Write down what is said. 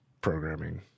programming